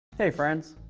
hey friends,